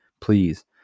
please